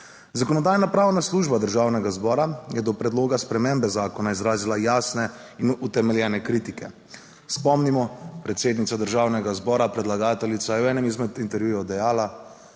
Zakonodajno-pravna služba Državnega zbora je do predloga spremembe zakona izrazila jasne in utemeljene kritike. Spomnimo, predsednica Državnega zbora, predlagateljica, je v enem izmed intervjujev dejala,